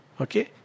Okay